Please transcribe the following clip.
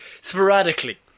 sporadically